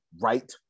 right